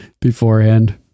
beforehand